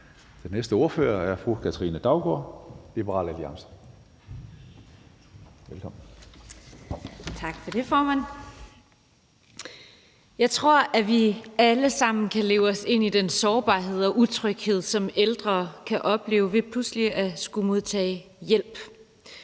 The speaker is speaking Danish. Den næste ordfører er fru Katrine Daugaard, Liberal Alliance. Velkommen. Kl. 20:03 (Ordfører) Katrine Daugaard (LA): Tak for det, formand. Jeg tror, at vi alle sammen kan leve os ind i den sårbarhed og utryghed, som ældre kan opleve ved pludselig at skulle modtage hjælp,